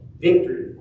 Victory